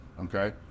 okay